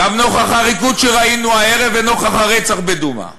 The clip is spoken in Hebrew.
גם נוכח הריקוד שראינו הערב ונוכח הרצח בדומא,